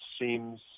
seems